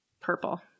purple